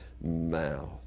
mouth